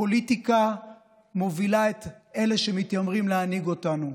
הפוליטיקה מובילה את אלה שמתיימרים להנהיג אותנו.